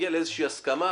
להגיע לאיזה שהיא הסכמה,